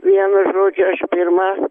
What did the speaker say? vienu žodžiu aš pirma